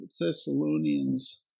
Thessalonians